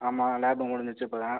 ஆமாம் லேப் முடிஞ்சிச்சு இப்போதான்